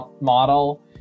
model